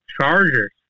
Chargers